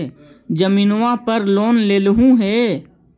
जमीनवा पर लोन लेलहु हे?